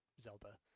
Zelda